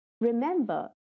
remember